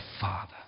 Father